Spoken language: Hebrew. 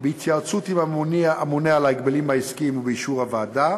בהתייעצות עם הממונה על ההגבלים העסקיים ובאישור הוועדה,